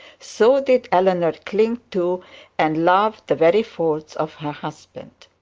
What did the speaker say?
so did eleanor cling to and love the very faults of her husband.